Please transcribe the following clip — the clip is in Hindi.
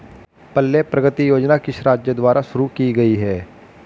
पल्ले प्रगति योजना किस राज्य द्वारा शुरू की गई है?